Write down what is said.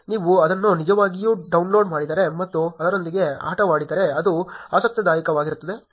ನೀವು ಅದನ್ನು ನಿಜವಾಗಿಯೂ ಡೌನ್ಲೋಡ್ ಮಾಡಿದರೆ ಮತ್ತು ಅದರೊಂದಿಗೆ ಆಟವಾಡಿದರೆ ಅದು ಆಸಕ್ತಿದಾಯಕವಾಗಿರುತ್ತದೆ